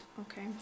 Okay